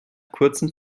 kurzem